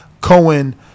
cohen